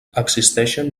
existeixen